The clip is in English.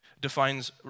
defines